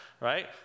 right